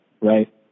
Right